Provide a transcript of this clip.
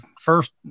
first